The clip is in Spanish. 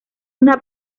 una